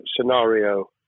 scenario